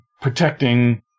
protecting